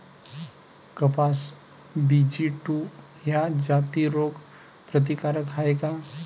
कपास B G two ह्या जाती रोग प्रतिकारक हाये का?